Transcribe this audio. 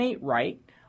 right